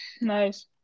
Nice